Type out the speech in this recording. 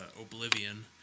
Oblivion